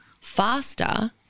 faster